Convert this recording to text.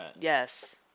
Yes